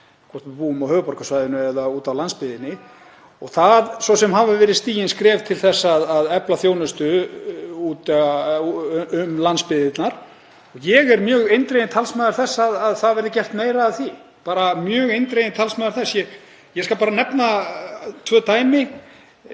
hvort við búum á höfuðborgarsvæðinu eða úti á landsbyggðinni. Það hafa svo sem verið stigin skref til að efla þjónustu út um landsbyggðirnar. Ég er mjög eindreginn talsmaður þess að það verði gert meira af því, bara mjög eindreginn talsmaður þess. Ég skal nefna tvö dæmi.